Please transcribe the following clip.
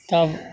तब